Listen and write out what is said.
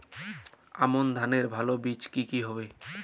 আমান ধানের ভালো বীজ কি কি হবে?